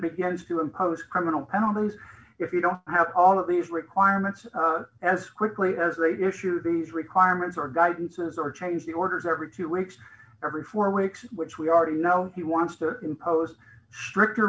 begins to impose criminal penalties if you don't have all of these requirements as quickly as they do issue these requirements or guidances or change the orders every two weeks every four weeks which we already know he wants to impose stricter